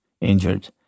injured